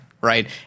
right